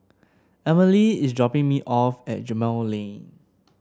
Emile is dropping me off at Gemmill Lane